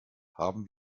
haben